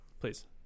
Please